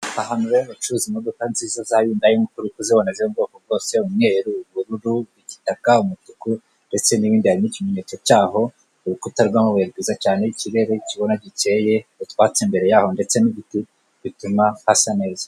Ahantu rero bacuruza imodoka nziza za undayi nkuko uri kuzibona ziri mu bwoko bwose umweru, ubururu, igitaka, umutuku ndetse n'ibindi, hari n'ikimenyetse cyaho, urukuta rw'amabuye rwiza cyane, ikirere kibona, gikeye, utwatsi imbere yaho ndetse n'ibiti bituma hasa neza.